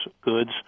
goods